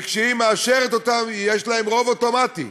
וכשהיא מאשרת אותם, יש להם רוב אוטומטי.